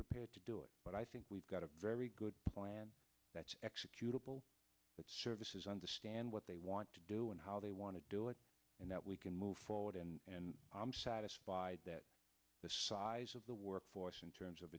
prepared to do it but i think we've got a very good plan that's executable that services understand what they want to do and how they want to do it and that we can move forward and i'm satisfied that the size of the workforce in terms of